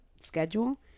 schedule